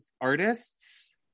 artists